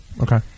Okay